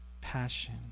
passion